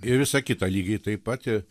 ir visa kita lygiai taip pat